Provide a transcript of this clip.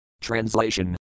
Translation